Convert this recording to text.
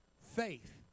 faith